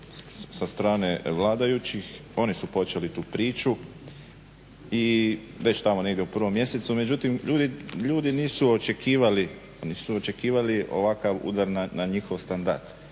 sa strane vladajućih, oni su počeli tu priču već tamo negdje u 1. mjesecu, međutim ljudi nisu očekivali ovakav udar na njihov standard.